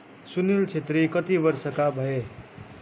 सुनिल छेत्री कति वर्षका भए